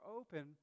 open